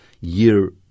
year